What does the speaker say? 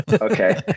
Okay